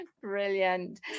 brilliant